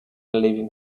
leaving